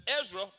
Ezra